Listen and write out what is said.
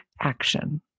action